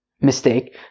mistake